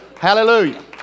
Hallelujah